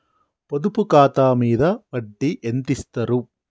పొదుపు ఖాతా మీద వడ్డీ ఎంతిస్తరు?